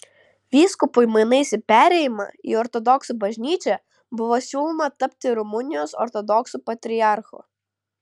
vyskupui mainais į perėjimą į ortodoksų bažnyčią buvo siūloma tapti rumunijos ortodoksų patriarchu